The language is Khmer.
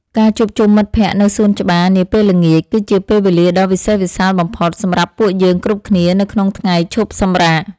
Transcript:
ការជួបជុំមិត្តភក្តិនៅសួនច្បារនាពេលល្ងាច គឺជាពេលវេលាដ៏វិសេសវិសាលបំផុតសម្រាប់ពួកយើងគ្រប់គ្នានៅក្នុងថ្ងៃឈប់សម្រាក។